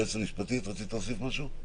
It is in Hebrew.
היועצת המשפטית, רצית להוסיף משהו?